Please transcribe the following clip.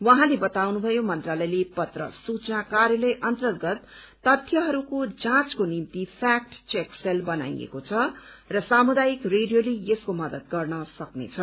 उहाँले बताउनुभयो मन्त्रालयले पत्र सूचना कार्यालय अन्तर्गत तथ्यहरूको जाँचको निम्ति फेक चेक बनाएको छ र सामुदायिक रेडियोले यसको मदद गर्नसकिनेछ